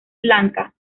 lanka